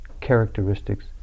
characteristics